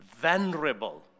venerable